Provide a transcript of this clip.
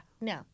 no